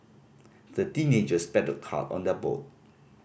the teenagers paddled hard on their boat